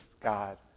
God